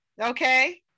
Okay